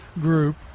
group